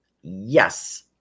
Yes